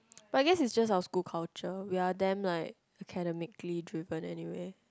but I guess is just our school culture we're damn like academically driven anyway